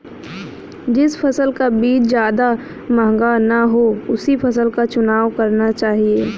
जिस फसल का बीज ज्यादा महंगा ना हो उसी फसल का चुनाव करना चाहिए